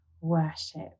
worship